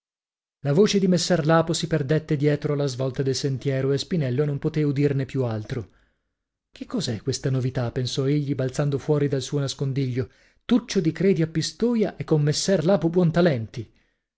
la voce di messer lapo si perdette dietro la svolta del sentiero e spinello non potè udirne più altro che cos'è questa novità pensò egli balzando fuori dal suo nascondiglio tuccio di credi a pistola e con messer lapo